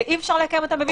שאי אפשר לקיים אותם ב-VC.